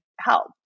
help